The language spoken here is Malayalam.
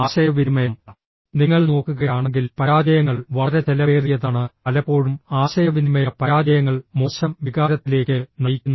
ആശയവിനിമയം നിങ്ങൾ നോക്കുകയാണെങ്കിൽ പരാജയങ്ങൾ വളരെ ചെലവേറിയതാണ് പലപ്പോഴും ആശയവിനിമയ പരാജയങ്ങൾ മോശം വികാരത്തിലേക്ക് നയിക്കുന്നു